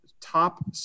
top